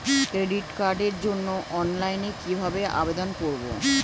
Credit কার্ডের জন্য অনলাইনে কিভাবে আবেদন করব?